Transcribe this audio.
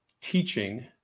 teaching